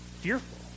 fearful